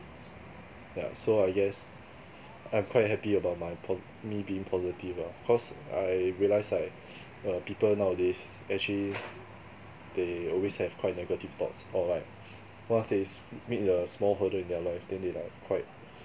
yeah so I guess I'm quite happy about my posi~ me being positive ah cause I realised like err people nowadays actually they always have quite negative thoughts or like once they s~ meet a small hurdle in their life then they like quite